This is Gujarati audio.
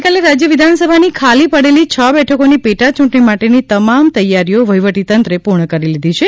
આવતીકાલે રાજ્ય વિધાનસભાની ખાલી પડેલી છ બેઠકોની પેટાચૂંટણી માટેની તમામ તૈયારીઓ વહીવટીતંત્રએ પૂર્ણ કરી લીધી છે